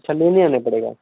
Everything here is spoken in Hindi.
अच्छा लेने आना पड़ेगा